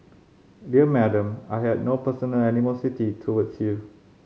dear Madam I had no personal animosity towards you